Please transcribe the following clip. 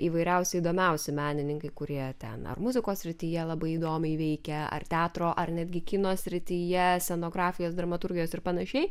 įvairiausi įdomiausi menininkai kurie ten ar muzikos srityje labai įdomiai veikia ar teatro ar netgi kino srityje scenografijos dramaturgijos ir panašiai